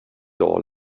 all